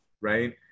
right